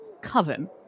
coven